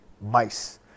mice